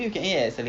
mee sua